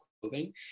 clothing